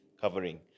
covering